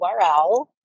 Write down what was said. URL